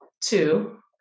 Two